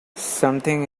something